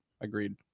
agreed